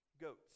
goats